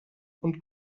und